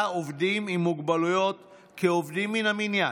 עובדים עם מוגבלויות כעובדים מן המניין,